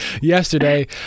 yesterday